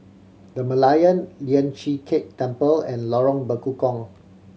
The Merlion Lian Chee Kek Temple and Lorong Bekukong